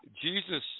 Jesus